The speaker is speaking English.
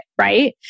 right